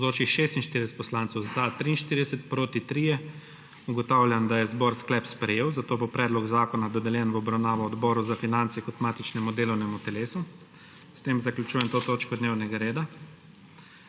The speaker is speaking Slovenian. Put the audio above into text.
2. (Za je glasovalo 39.)(Proti 2.) Ugotavljam, da je sklep sprejet, zato bo predlog zakona dodeljen v obravnavo Odboru za finance kot matičnemu delovnemu telesu. S tem zaključujem to točko dnevnega reda.